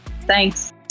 Thanks